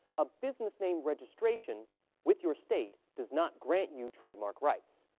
a business name registration with your state does not grant you trademark rights.